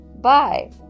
Bye